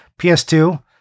PS2